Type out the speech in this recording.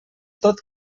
tot